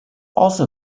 also